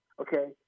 okay